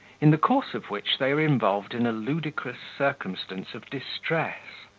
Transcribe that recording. in the course of which they are involved in a ludicrous circumstance of distress,